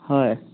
হয়